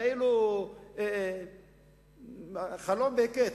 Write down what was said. כאילו חלום בהקיץ,